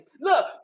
Look